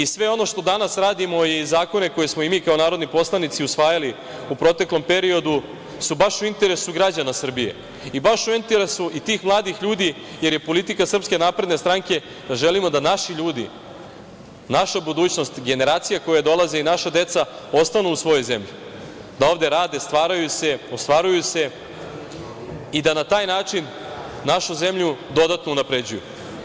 Sve ono što danas radimo i zakone koje smo i mi kao narodni poslanici usvajali u proteklom periodu su baš u interesu građana Srbije i baš u interesu i tih mladih ljudi, jer je politika SNS da želimo da naši ljudi, naša budućnost, generacije koje dolaze i naša deca ostanu u svojoj zemlji, da ovde rade, ostvaruju se i da na taj način našu zemlju dodatno unapređuju.